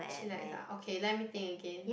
chillax ah okay let me think again